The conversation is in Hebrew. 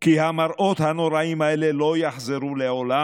כי המראות הנוראיים האלה לא יחזרו לעולם.